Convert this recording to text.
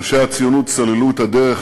ראשי הציונות סללו את הדרך